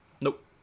nope